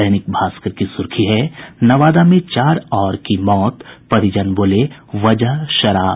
दैनिक भास्कर की सुर्खी है नवादा में चार और की मौत परिजन बोले वजह शराब